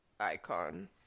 icon